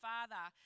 Father